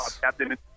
captain